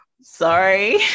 sorry